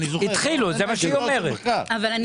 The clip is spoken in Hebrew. היא אומרת שהם התחילו.